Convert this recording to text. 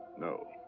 no.